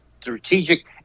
strategic